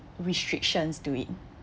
restrictions to it